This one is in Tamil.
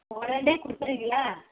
உடனே கொடுத்துருவிங்களா